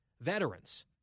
veterans